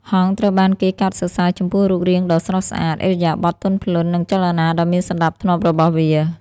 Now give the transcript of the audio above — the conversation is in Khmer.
ហង្សត្រូវបានគេកោតសរសើរចំពោះរូបរាងដ៏ស្រស់ស្អាត ឥរិយាបថទន់ភ្លន់ និងចលនាដ៏មានសណ្តាប់ធ្នាប់របស់វា។